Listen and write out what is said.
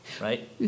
right